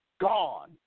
gone